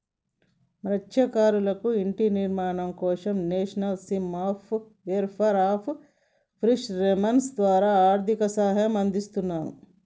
మత్స్యకారులకు ఇంటి నిర్మాణం కోసం national scheme of welfare of fishermen ద్వారా ఆర్థిక సహాయం అందిస్తున్రు